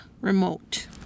remote